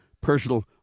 personal